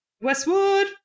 Westwood